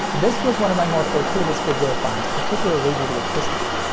this was one of my more fortuitous goodwill finds, particularly due to its history.